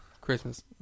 Christmas